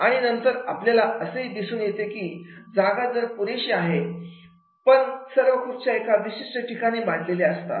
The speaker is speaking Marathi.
आणि नंतर आपल्याला असेही दिसून येते की जागा तर पुरेशा आहे पण सर्व खुर्च्या एका विशिष्ट ठिकाणी मांडलेल्या असतात